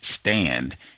stand